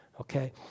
Okay